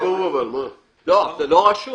לא, זה לא רשום.